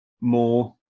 more